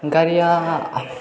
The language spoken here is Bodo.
गारिया